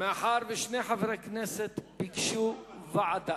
מאחר ששני חברי כנסת ביקשו ועדה,